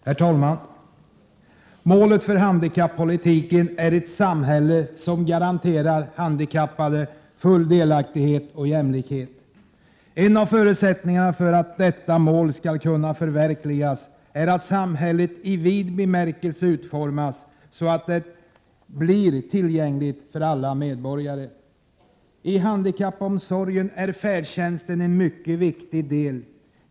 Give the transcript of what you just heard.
Herr talman! Målet för handikappolitiken är ett samhälle som garanterar handikappade full delaktighet och jämlikhet. En av förutsättningarna för att detta mål skall kunna förverkligas är att samhället i vid bemärkelse utformas så att all samhällsservice blir tillgänglig för alla medborgare. I handikappomsorgen är färdtjänsten en mycket viktig del.